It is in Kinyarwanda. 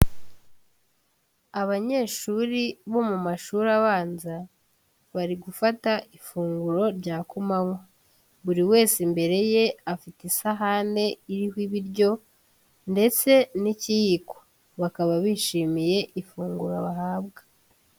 Abanyeshuri bo mu mashuri abanza, bari gufata ifunguro rya kumanywa, buri wese imbere ye afite isahane iriho ibiryo ndetse n'ikiyiko, bakaba bishimiye ifunguro bahabwa.